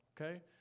okay